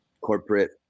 corporate